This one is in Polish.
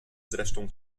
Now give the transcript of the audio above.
zresztą